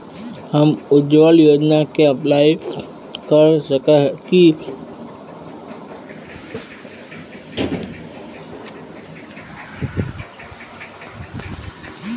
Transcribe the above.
हम उज्वल योजना के अप्लाई कर सके है की?